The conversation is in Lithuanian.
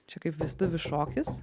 čia kaip vestuvių šokis